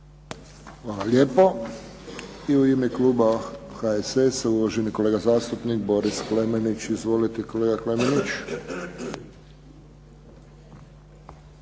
Hvala lijepo. I u ime kluba HSS-a, uvaženi kolega zastupnik Boris Klemenić. Izvolite kolega Klemenić.